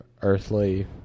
earthly